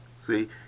see